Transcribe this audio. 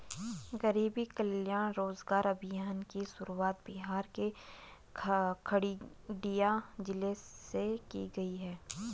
गरीब कल्याण रोजगार अभियान की शुरुआत बिहार के खगड़िया जिले से की गयी है